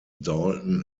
dalton